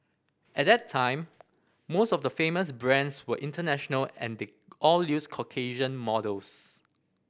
at that time most of the famous brands were international and they all used Caucasian models